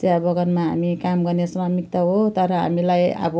चियाबगानमा हामी काम गर्ने स्वामित्व हो तर हामीलाई अब